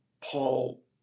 Paul